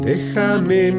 Déjame